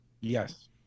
Yes